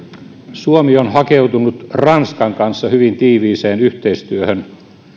suomi on hakeutunut ranskan kanssa hyvin tiiviiseen yhteistyöhön